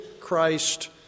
Christ